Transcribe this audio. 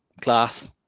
class